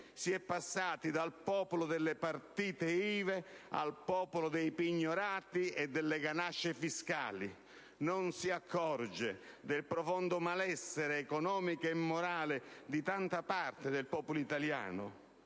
Si è passati dal popolo delle partite IVA al popolo dei pignorati e delle ganasce fiscali. Non si accorge del profondo malessere economico e morale di tanta parte del popolo italiano?